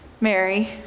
mary